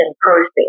process